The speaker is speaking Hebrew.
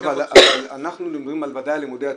--- אבל אנחנו מדברים בוודאי על לימודי התעודה,